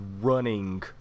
running